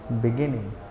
Beginning